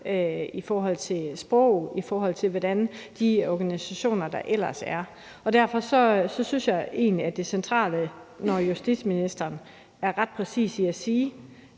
i forhold til sproget og i forhold til de organisationer, der ellers er der. Derfor synes jeg egentlig, at det centrale, og det er justitsministeren ret præcis i at sige,